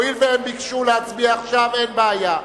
הואיל והם ביקשו להצביע עכשיו, אין בעיה.